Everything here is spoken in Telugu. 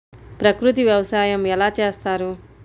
ప్రకృతి వ్యవసాయం ఎలా చేస్తారు?